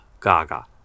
Gaga